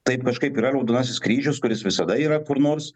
taip kažkaip yra raudonasis kryžius kuris visada yra kur nors